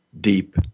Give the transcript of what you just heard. deep